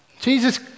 Jesus